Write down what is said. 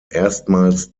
erstmals